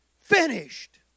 finished